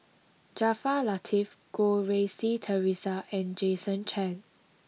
Jaafar Latiff Goh Rui Si Theresa and Jason Chan